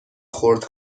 خرد